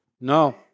No